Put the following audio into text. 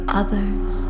others